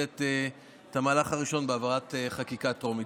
את המהלך הראשון בהעברת חקיקה טרומית.